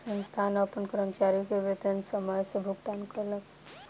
संस्थान अपन कर्मचारी के वेतन समय सॅ भुगतान कयलक